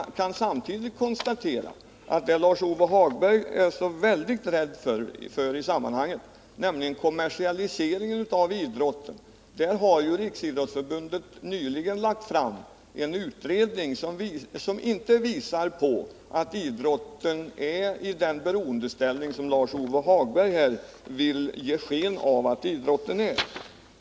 Det kan samtidigt konstateras att Riksidrottsförbundet i fråga om kommersialiseringen inom idrotten något som Lars-Ove Hagberg är så rädd för nyligen har framlagt en utredning som visar att idrotten inte är i den beroendeställning som Lars-Ove Hagberg vill ge sken av att den är.